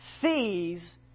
sees